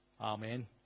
Amen